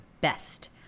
best